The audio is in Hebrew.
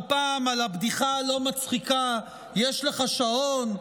פעם על הבדיחה הלא-מצחיקה: יש לךָ שעון,